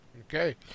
Okay